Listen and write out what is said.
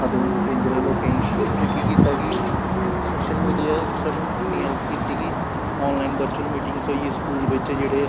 अदूं डेंजर हा लोकें गी ते केह् कीता कि एह् सोशल मीडिया इक सानूूं इन्नी हैल्प कीती कि आन लाइन वर्चुअल मीटिंग्स होई गे स्कूल बिच्च जेह्ड़े